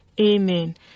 amen